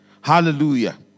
Hallelujah